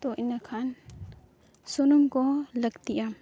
ᱛᱚ ᱤᱱᱟᱹ ᱠᱷᱟᱱ ᱥᱩᱱᱩᱢ ᱠᱚᱦᱚᱸ ᱞᱟᱹᱠᱛᱤᱜᱼᱟ